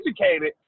educated